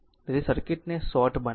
તેથી સર્કિટ ને શોર્ટ બનાવો